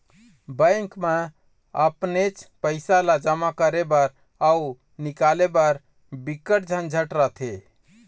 bank म अपनेच पइसा ल जमा करे बर अउ निकाले बर बिकट झंझट रथे